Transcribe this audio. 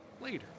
later